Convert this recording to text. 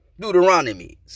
Deuteronomy